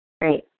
Great